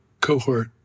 cohort